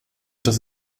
das